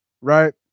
right